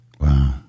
Wow